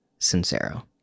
Sincero